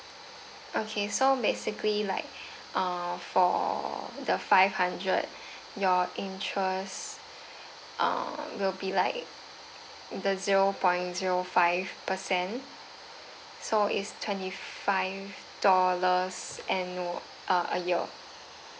okay so basically like uh for the five hundred your interest uh will be like the zero point zero five percent so is twenty five dollars and would uh your